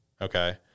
Okay